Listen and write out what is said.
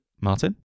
Martin